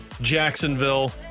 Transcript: Jacksonville